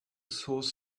source